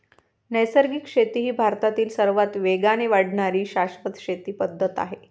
नैसर्गिक शेती ही भारतातील सर्वात वेगाने वाढणारी शाश्वत शेती पद्धत आहे